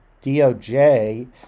DOJ